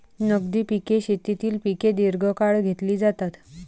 नगदी पिके शेतीतील पिके दीर्घकाळ घेतली जातात